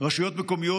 רשויות מקומיות,